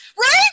Right